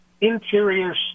interior